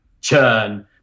churn